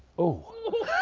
oh.